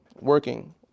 working